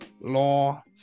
law